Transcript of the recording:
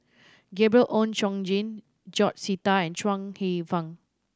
Gabriel Oon Chong Jin George Sita and Chuang Hsueh Fang